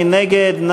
מי נגד?